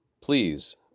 Please